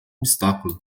obstáculo